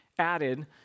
Added